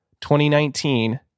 2019